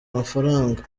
amafaranga